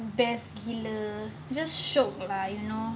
best gila just shiok you know